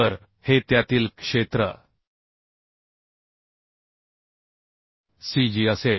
तर हे त्यातील क्षेत्र cg असेल